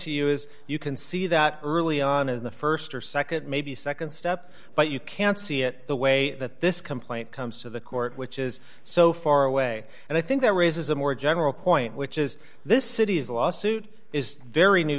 is you can see that early on in the st or nd maybe nd step but you can't see it the way that this complaint comes to the court which is so far away and i think that raises a more general point which is this city's lawsuit is very